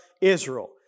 Israel